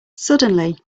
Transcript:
suddenly